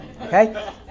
Okay